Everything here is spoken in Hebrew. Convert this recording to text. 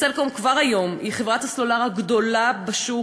"סלקום" כבר היום היא חברת הסלולר הגדולה בשוק,